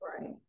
Right